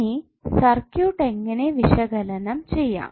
ഇനി സർക്യൂട്ട് എങ്ങനെ വിശകലനം ചെയ്യാം